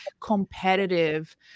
competitive